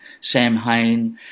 Samhain